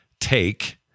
take